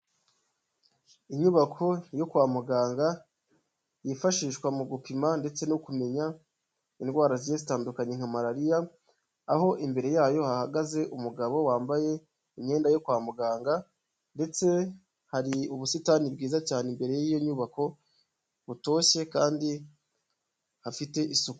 Inyubako yo kwa muganga, yifashishwa mu gupima ndetse no kumenya indwara zigiye zitandukanye nka malariya, aho imbere yayo hahagaze umugabo wambaye imyenda yo kwa muganga ndetse hari ubusitani bwiza cyane imbere y'iyo nyubako, butoshye kandi hafite isuku.